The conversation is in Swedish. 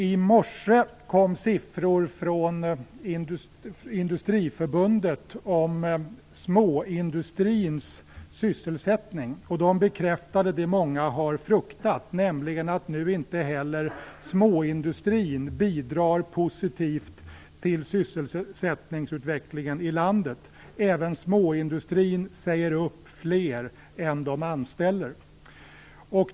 I morse kom siffror från Industriförbundet om småindustrins sysselsättning. De bekräftade det som många har fruktat, nämligen att nu inte heller småindustrin bidrar positivt till sysselsättningsutvecklingen i landet. Även inom småindustrin säger man upp fler än man anställer.